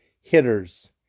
hitters